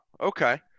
Okay